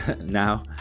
now